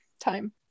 time